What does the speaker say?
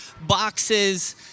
boxes